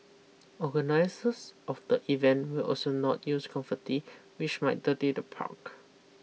organisers of the event will also not use confetti which might dirty the park